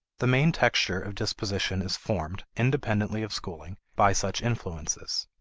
the main texture of disposition is formed, independently of schooling, by such influences.